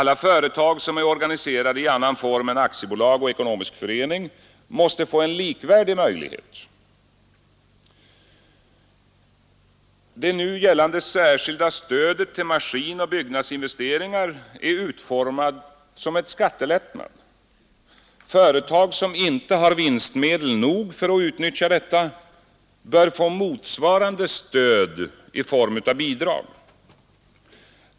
Alla företag som är organiserade i annan form än aktiebolag och ekonomisk förening måste få en likvärdig möjlighet. Det nu gällande särskilda stödet till maskinoch byggnadsinvesteringar är utformat som en skattelättnad. Företag som inte har vinstmedel nog för att utnyttja detta bör få motsvarande stöd i form av bidrag.